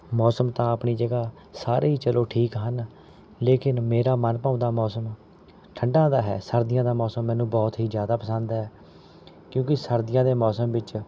ਮੌਸਮ ਤਾਂ ਆਪਣੀ ਜਗ੍ਹਾ ਸਾਰੇ ਹੀ ਚਲੋ ਠੀਕ ਹਨ ਲੇਕਿਨ ਮੇਰਾ ਮਨ ਭਾਉਂਦਾ ਮੌਸਮ ਠੰਡਾਂ ਦਾ ਹੈ ਸਰਦੀਆਂ ਦਾ ਮੌਸਮ ਮੈਨੂੰ ਬਹੁਤ ਹੀ ਜ਼ਿਆਦਾ ਪਸੰਦ ਹੈ ਕਿਉਂਕਿ ਸਰਦੀਆਂ ਦੇ ਮੌਸਮ ਵਿੱਚ